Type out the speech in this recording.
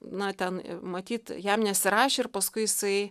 na ten matyt jam nesirašė ir paskui jisai